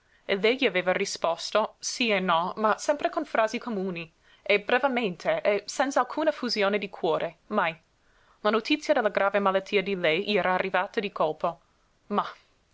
e lei gli aveva risposto sí e no ma sempre con frasi comuni e brevemente e senz'alcuna effusione di cuore mai la notizia della grave malattia di lei gli era arrivata di colpo mah